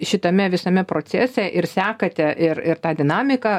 šitame visame procese ir sekate ir ir tą dinamiką